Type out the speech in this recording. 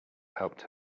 helped